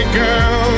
girl